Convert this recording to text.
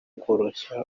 koroshya